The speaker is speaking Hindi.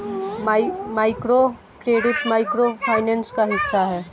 माइक्रोक्रेडिट माइक्रो फाइनेंस का हिस्सा है